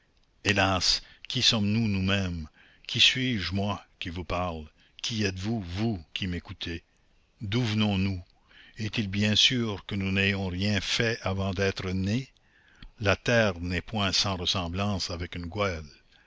hélas qui sommes-nous nous-mêmes qui suis-je moi qui vous parle qui êtes-vous vous qui m'écoutez d'où venons nous et est-il bien sûr que nous n'ayons rien fait avant d'être nés la terre n'est point sans ressemblance avec une geôle